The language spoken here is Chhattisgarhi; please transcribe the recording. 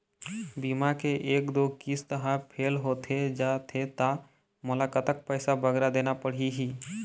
बीमा के एक दो किस्त हा फेल होथे जा थे ता मोला कतक पैसा बगरा देना पड़ही ही?